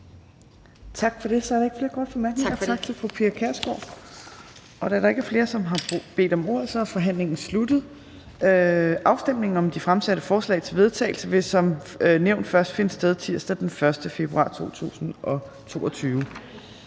Tak for det. Så er der ikke flere korte bemærkninger. Tak til fru Pia Kjærsgaard. Da der ikke er flere, som har bedt om ordet, er forhandlingen sluttet. Afstemningen om de fremsatte forslag til vedtagelse vil som nævnt først finde sted tirsdag den 1. februar 2022.